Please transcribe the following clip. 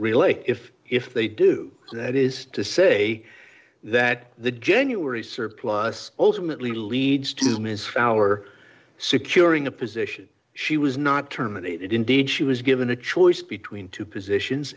relate if if they do that is to say that the january surplus ultimately leads to ms fowler securing a position she was not terminated indeed she was given a choice between two positions